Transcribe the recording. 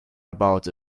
about